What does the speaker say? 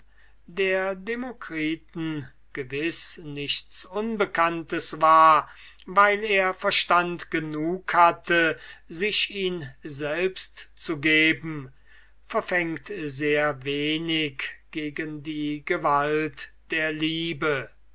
demokriten gewiß nichts unbekanntes war weil er verstand genug hatte sich ihn selbst zu geben verfängt wenig gegen die gewalt der liebe